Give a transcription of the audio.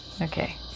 Okay